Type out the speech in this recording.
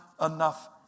enough